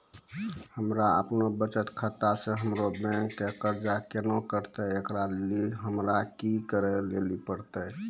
हमरा आपनौ बचत खाता से हमरौ बैंक के कर्जा केना कटतै ऐकरा लेली हमरा कि करै लेली परतै?